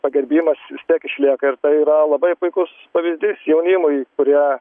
pagerbimas vis tiek išlieka ir tai yra labai puikus pavyzdys jaunimui kurie